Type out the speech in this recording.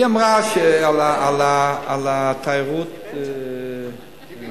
היא אמרה על תיירות המרפא.